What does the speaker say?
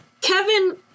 Kevin